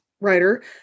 writer